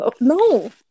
No